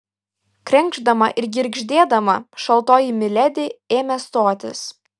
krenkšdama ir girgždėdama šaltoji miledi ėmė stotis